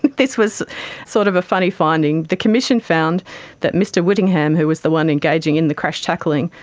this was sort of a funny finding. the commission found that mr whittingham, who was the one engaging in the crash-tackling,